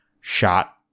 shot